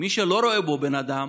מי שלא רואה בו בן אדם